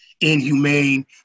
inhumane